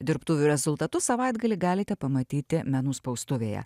dirbtuvių rezultatus savaitgalį galite pamatyti menų spaustuvėje